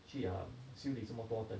去 um 修理这么多灯